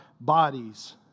bodies